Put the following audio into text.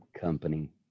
company